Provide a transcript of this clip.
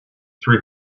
three